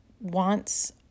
wants